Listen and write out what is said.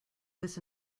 this